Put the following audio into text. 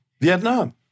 Vietnam